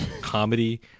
comedy